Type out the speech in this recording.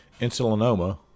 insulinoma